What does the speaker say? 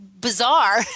bizarre